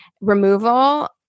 removal